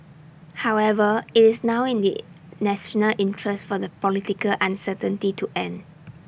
however IT is now in the national interest for the political uncertainty to end